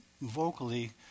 vocally